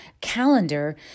calendar